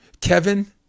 Kevin